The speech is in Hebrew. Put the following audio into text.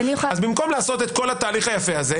במקום לעשות את כל התהליך היפה הזה,